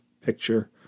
picture